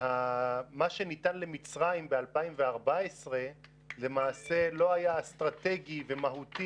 שמה שניתן למצרים ב-2014 למעשה לא היה אסטרטגי ומהותי